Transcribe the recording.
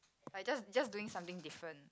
like just just doing something different